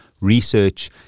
research